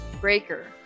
Breaker